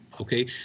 Okay